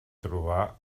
trobar